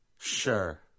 Sure